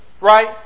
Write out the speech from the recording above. Right